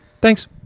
Thanks